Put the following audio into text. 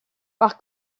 par